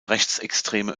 rechtsextreme